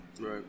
right